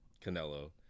Canelo